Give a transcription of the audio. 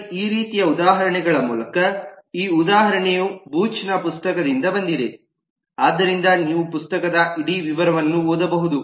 ಸರಿ ಈ ರೀತಿಯ ಉದಾಹರಣೆಗಳ ಮೂಲಕ ಈ ಉದಾಹರಣೆಯು ಬೂಚ್ ನ ಪುಸ್ತಕದಿಂದ ಬಂದಿದೆ ಆದ್ದರಿಂದ ನೀವು ಪುಸ್ತಕದ ಇಡೀ ವಿವರಗಳನ್ನು ಓದಬಹುದು